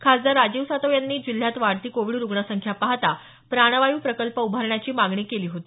खासदार राजीव सातव यांनी जिल्ह्यात वाढती कोविड रुग्ण संख्या पाहता प्राणवायू प्रकल्प उभारण्याची मागणी केली होती